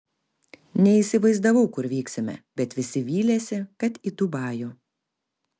neįsivaizdavau kur vyksime bet visi vylėsi kad į dubajų